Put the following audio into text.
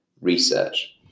research